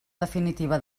definitiva